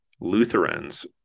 Lutherans